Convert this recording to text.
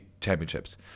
championships